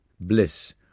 bliss